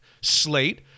slate